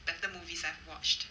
better movies I've watched